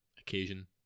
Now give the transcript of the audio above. occasion